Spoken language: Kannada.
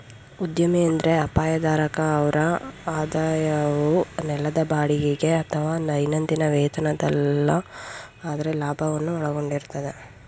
ಉದ್ಯಮಿ ಎಂದ್ರೆ ಅಪಾಯ ಧಾರಕ ಅವ್ರ ಆದಾಯವು ನೆಲದ ಬಾಡಿಗೆಗೆ ಅಥವಾ ದೈನಂದಿನ ವೇತನವಲ್ಲ ಆದ್ರೆ ಲಾಭವನ್ನು ಒಳಗೊಂಡಿರುತ್ತೆ